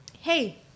Hey